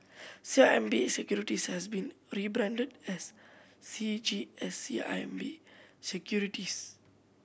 C I M B Securities has been rebranded as C G S C I M B Securities